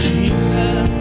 Jesus